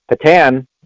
Patan